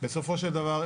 בסופו של דבר,